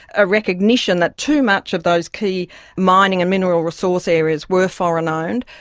a recognition that too much of those key mining and mineral resource areas were foreign-owned.